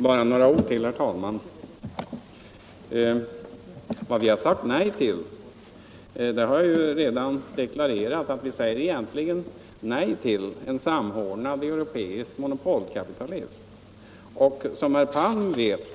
Herr talman! Bara några ord till. Vad vi har sagt nej till har jag ju redan deklarerat. Vi säger egentligen nej till en samordnad europeisk monopolkapitalism. Som herr Palm vet